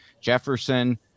Jefferson